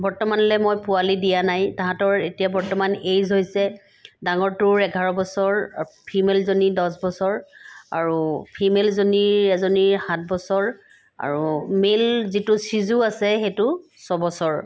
বৰ্তমানলৈ মই পোৱালি দিয়া নাই তাঁহাতৰ এতিয়া বৰ্তমান এজ হৈছে ডাঙৰটোৰ এঘাৰ বছৰ ফিমেলজনীৰ দহ বছৰ আৰু ফিমেলজনীৰ এজনীৰ সাত বছৰ আৰু মেল যিটো চিজু আছে সেইটো ছবছৰ